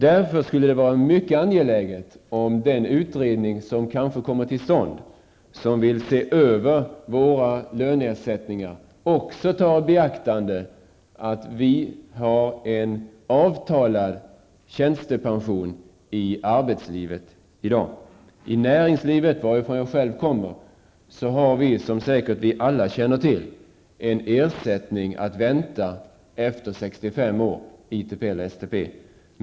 Därför är det mycket angeläget att den utredning, som kanske kommer till stånd och som skall se över ledamöternas arvoden, också beaktar att det i dag finns en avtalad tjänstepension inom arbetslivet. Jag kommer själv från näringslivet, och där har man -- som säkert alla känner till -- en ersättning att vänta efter 65 år, ITP eller STP.